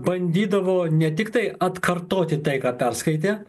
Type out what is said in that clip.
bandydavo ne tiktai atkartoti tai ką perskaitė